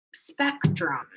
spectrum